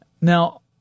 Now